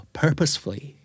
purposefully